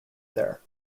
there